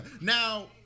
Now